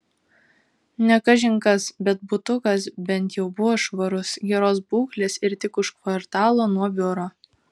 ne kažin kas bet butukas bent jau buvo švarus geros būklės ir tik už kvartalo nuo biuro